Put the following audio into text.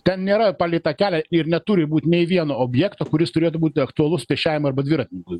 ten nėra palei takelį ir neturi būti nei vieno objekto kuris turėtų būti aktualus pėsčiajam arba dviratininkui